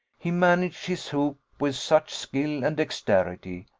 he managed his hoop with such skill and dexterity,